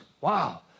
Wow